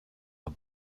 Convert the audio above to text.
are